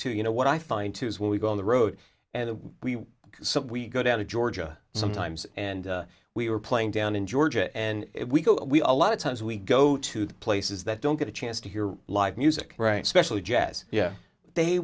too you know what i find too is when we go on the road and we simply go down to georgia sometimes and we are playing down in georgia and a lot of times we go to places that don't get a chance to hear live music right specially jazz yeah they